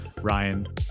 Ryan